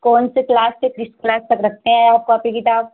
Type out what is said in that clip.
कौन से क्लास से किस क्लास तक रखते हैं आप कॉपी किताब